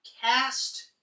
cast